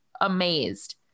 amazed